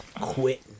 quit